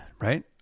right